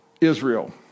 Israel